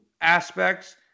aspects